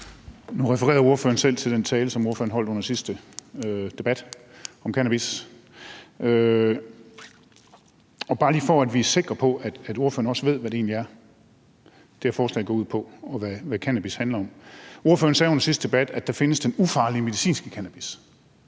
Nu refererede ordføreren selv til den tale, som ordføreren holdt under sidste debat om cannabis. Vi skal bare lige være sikre på, at ordføreren også ved, hvad det egentlig er, det her forslag går ud på, og hvad cannabis handler om. Ordføreren sagde under sidste debat, at der findes den ufarlige medicinske cannabis